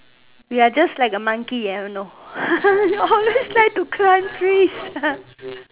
we are just like a monkey I don't know always like to climb trees ha